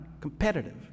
competitive